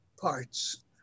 parts